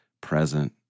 present